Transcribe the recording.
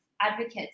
advocates